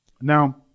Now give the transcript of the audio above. Now